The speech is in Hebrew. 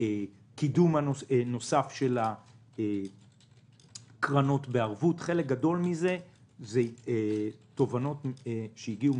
קידום נוסף של קרנות בערבות חלק גדול מזה אלה תובנות שהגיעו,